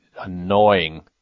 annoying